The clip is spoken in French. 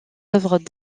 œuvres